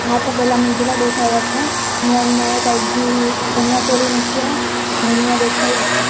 हा त पहिला मुंहिंजे लाइ ॾेखारे रखो हींअर नए टाइप जी चनियाचोली निकिती आहे हुन में ॾेखारे रखिजो